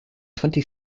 twenty